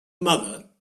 mother